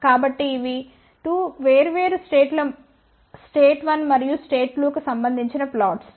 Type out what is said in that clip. కాబట్టి ఇవి 2 వేర్వేరు స్టేట్స్ ల స్టేట్ 1 మరియు స్టేట్ 2 లకు సంబంధించిన ప్లాట్స్